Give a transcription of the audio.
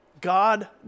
God